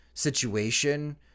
Situation